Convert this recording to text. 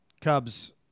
cubs